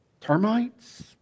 Termites